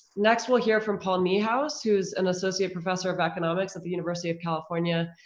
next we'll hear from paul niehaus, who is an associate professor of economics at the university of california,